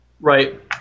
right